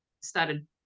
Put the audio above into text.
started